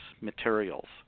materials